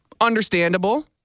Understandable